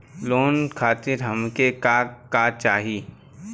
Loan खातीर हमके का का चाही?